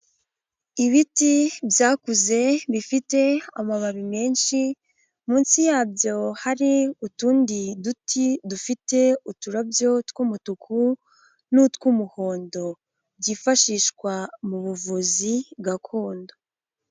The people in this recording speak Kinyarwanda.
Ibiti byakuze bifite amababi menshi, munsi yabyo hari utundi duti dufite uturabyo tw'umutuku n'utw'umuhondo, byifashishwa mu buvuzi gakondo.